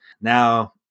Now